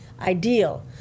ideal